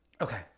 Okay